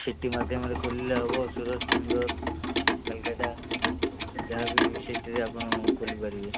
city ମାଧ୍ୟମରେ ଖୋଲିଲେ ହବ ସୁରତ ବାଙ୍ଗଲୋର କାଲକାଟା ଯାହାବି ସିଟିରେ ଆପଣ ଖୋଲି ପାରିବେ